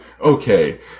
okay